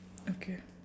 okay